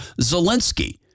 Zelensky